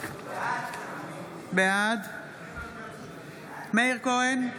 בעד מאיר כהן,